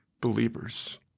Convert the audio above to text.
believers